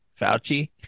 Fauci